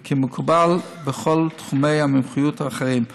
כמקובל בכל תחומי המומחיות האחרים,